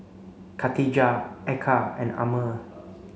Katijah Eka and Ammir